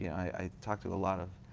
i talk to a lot of